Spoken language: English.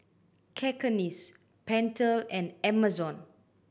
Cakenis Pentel and Amazon